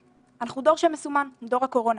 אנחנו דור שמסומן, דור הקורונה.